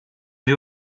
wir